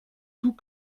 tout